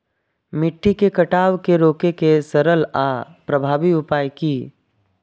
मिट्टी के कटाव के रोके के सरल आर प्रभावी उपाय की?